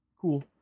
Cool